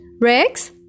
Rex